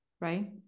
right